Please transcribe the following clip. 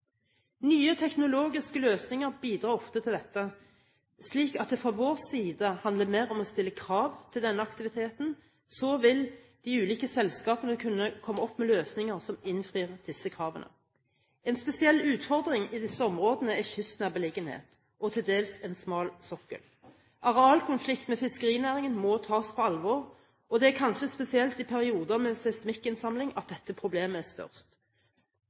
Nye teknologiske løsninger bidrar ofte til dette, slik at det fra vår side handler mer om å stille krav til denne aktiviteten. Så vil de ulike selskapene kunne komme opp med løsninger som innfir disse kravene. En spesiell utfordring i disse områdene er kystnær beliggenhet og til dels en smal sokkel. Arealkonflikt med fiskerinæringen må tas på alvor, og det er kanskje spesielt i perioder med seismikkinnsamling at dette problemet er størst.